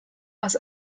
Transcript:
aus